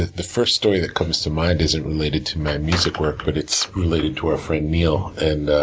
the first story that comes to mind isn't related to my music work, but it's related to our friend neil, and